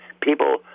people